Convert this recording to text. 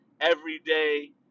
everyday